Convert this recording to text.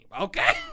okay